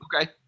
Okay